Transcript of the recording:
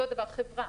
אותו הדבר חברה.